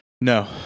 No